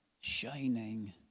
shining